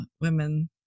women